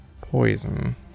poison